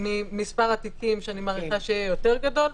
ממספר התיקים שאני מעריכה שיהיה יותר גדול,